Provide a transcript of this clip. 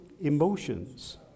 emotions